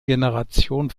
generation